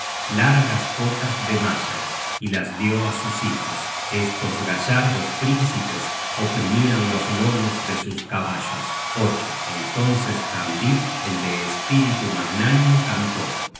largas cotas de malla y las dió á sus hijos estos gallardos príncipes oprimian los lomos de sus caballos entonces hamdir el de espíritu magnánimo cantó